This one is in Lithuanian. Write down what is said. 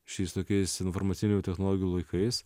šiais laikais informacinių technologijų laikais